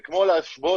זה כמו להשוות,